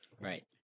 Right